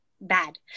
bad